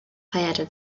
feierte